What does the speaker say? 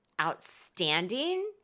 outstanding